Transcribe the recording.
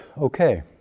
okay